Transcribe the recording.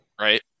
right